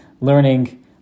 learning